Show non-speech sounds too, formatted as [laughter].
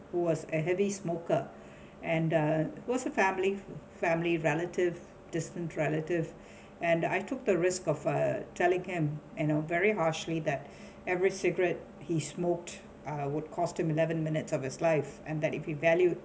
who was a heavy smoker [breath] and uh was a family family relative distant relative [breath] and I took the risk of uh telling him you know very harshly that [breath] every cigarette he smoked uh would cost him eleven minutes of his life and that if you value